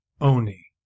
Oni